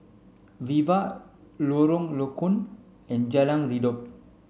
Viva Lorong Low Koon and Jalan Redop